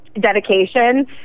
dedication